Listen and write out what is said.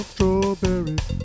Strawberries